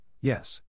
yes